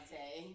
day